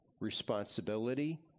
responsibility